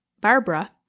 Barbara